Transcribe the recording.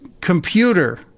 computer